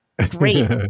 great